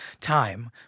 time